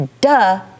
duh